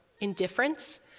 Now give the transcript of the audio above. indifference